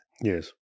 Yes